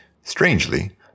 Strangely